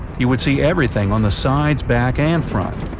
you would see everything on the sides, back and front.